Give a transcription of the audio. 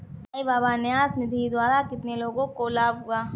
साई बाबा न्यास निधि द्वारा कितने लोगों को लाभ हुआ?